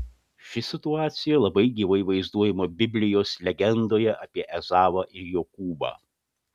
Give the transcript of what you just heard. ši situacija labai gyvai vaizduojama biblijos legendoje apie ezavą ir jokūbą